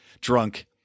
drunk